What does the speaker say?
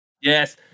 Yes